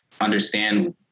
understand